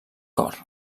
cor